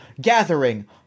gathering